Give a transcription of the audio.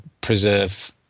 preserve